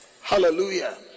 hallelujah